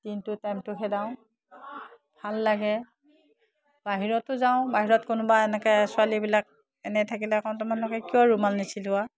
দিনটো টাইমটো খেদাওঁ ভাল লাগে বাহিৰতো যাওঁ বাহিৰত কোনোবা এনেকৈ ছোৱালীবিলাক এনেই থাকিলে কওঁ তোমালোকে কিয় ৰুমাল নিছিলোৱা